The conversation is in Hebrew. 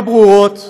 שמטרותיהם לא ברורות,